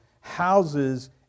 houses